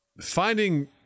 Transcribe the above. finding